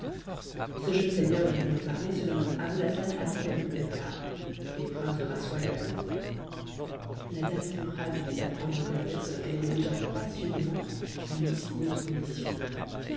ce jeune seigneur dont vous me parlez se nomme abouihassan ali ebn becar et est prince de race royale la dame fut ravie d'apprendre que la personne qu'elle aimait déjà passionnément fût d'une si haute condition